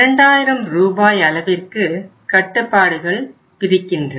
2000 ரூபாய் அளவிற்கு கட்டுப்பாடுகள் விதிக்கின்றது